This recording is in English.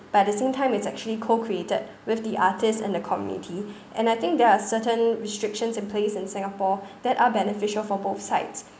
but at the same time it's actually co-created with the artists in the community and I think there are certain restrictions in place in singapore that are beneficial for both sides